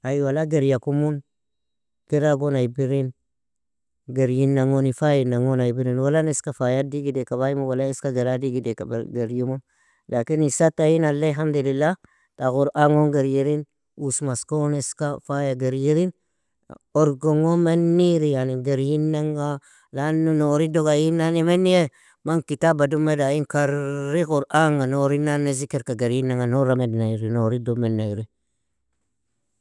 Ai wala geriyakumun, geragon aibirin, gerinan goni fayinan gon aibirin. Wala an iska fayad digideaka faymun, waa eska gera digideaka geriumun. Lakin isata ain allay, حمد لله, ta قران gon geririn, uos mas kon eska faya geririn, orgon gon manniri, yani gerinanga lanu nouridog ain nane menye, man kitaba dumeda ain karri قران ga nourin nane zikir ka gerinanga noura menayri nourido menayri.